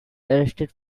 arrested